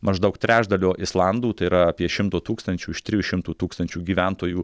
maždaug trečdalio islandų tai yra apie šimto tūkstančių iš trijų šimtų tūkstančių gyventojų